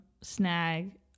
snag